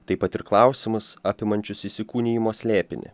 taip pat ir klausimus apimančius įsikūnijimo slėpinį